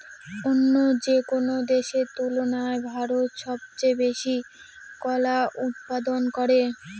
অন্য যেকোনো দেশের তুলনায় ভারত সবচেয়ে বেশি কলা উৎপাদন করে